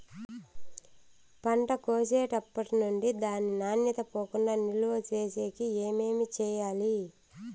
పంట కోసేటప్పటినుండి దాని నాణ్యత పోకుండా నిలువ సేసేకి ఏమేమి చేయాలి?